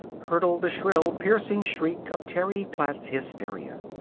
hurtled the shrill, piercing shriek of terry platt's hysteria.